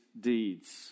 deeds